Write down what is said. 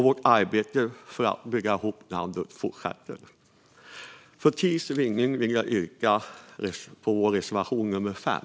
Vårt arbete för att bygga ihop landet fortsätter. För tids vinnande vill jag yrka bifall särskilt till reservation nummer 5.